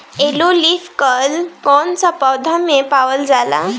Yellow leaf कल कौन सा पौधा में पावल जाला?